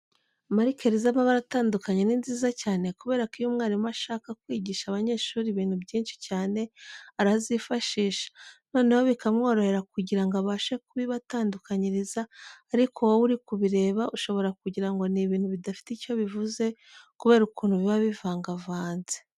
Marikeri z'amabara atandukanye ni nziza cyane kubera ko iyo mwarimu ashaka kwigisha abanyeshuri ibintu byinshi cyane arazifashisha, noneho bikamworohera kugira ngo abashe kubibatandukanyiriza ariko wowe uri kubireba ushobora kugira ngo ni ibintu bidafite icyo bivuze kubera ukuntu biba bivangavanze.